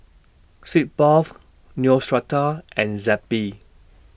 Sitz Bath Neostrata and Zappy